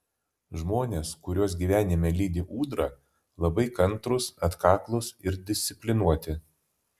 žmonės kuriuos gyvenime lydi ūdra labai kantrūs atkaklūs ir disciplinuoti